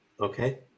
okay